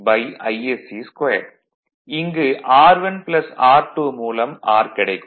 இங்கு R1 R2 மூலம் R கிடைக்கும்